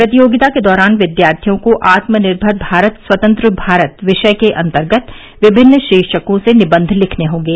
प्रतियोगिता के दौरान विद्यार्थियों को आत्मनिर्भर भारत स्वतंत्र भारत विषय के अंतर्गत विमिन्न शीर्षकों से निबंध लिखने होंगे